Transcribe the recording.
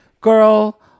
girl